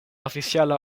oficiala